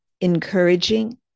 encouraging